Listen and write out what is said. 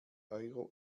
euro